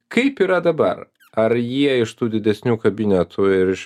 kaip yra dabar ar jie iš tų didesnių kabinetų ir iš